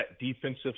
defensive